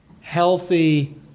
healthy